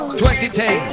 2010